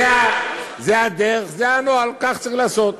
זו הדרך, זה הנוהל, כך צריך לעשות.